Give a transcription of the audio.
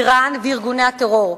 אירן וארגוני הטרור.